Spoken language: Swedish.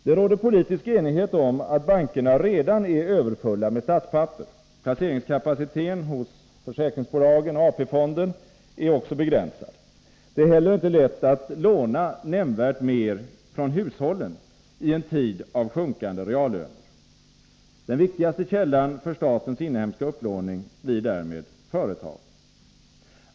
Det råder politisk enighet om att bankerna redan är överfulla med statspapper. Placeringskapaciteten hos försäkringsbolagen och AP-fonden är också begränsad. Det är heller inte lätt att låna nämnvärt mer från hushållen i en tid av sjunkande reallöner. Den viktigaste källan för statens inhemska upplåning blir därmed företagen.